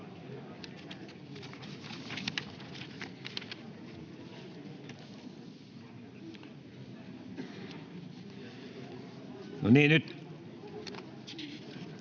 No niin, nyt